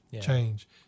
change